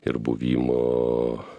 ir buvimo